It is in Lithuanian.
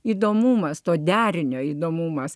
įdomumas to derinio įdomumas